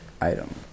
item